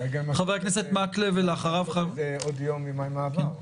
אולי צריך לזה עוד יום-יומיים מעבר?